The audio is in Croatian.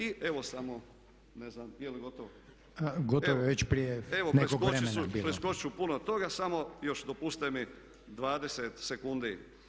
I evo samo, ne znam, je li gotovo? [[Upadica: Gotovo je već prije nekog vremena bilo.]] Evo, preskočiti ću puno toga, samo još dopustite mi 20 sekundi.